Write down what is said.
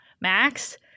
Max